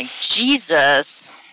Jesus